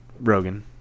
Rogan